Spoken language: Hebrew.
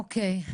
אוקי.